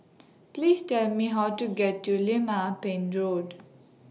Please Tell Me How to get to Lim Ah Pin Road